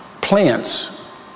plants